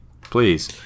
Please